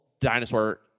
dinosaur